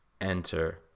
enter